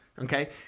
Okay